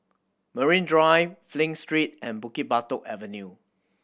Marine Drive Flint Street and Bukit Batok Avenue